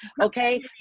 okay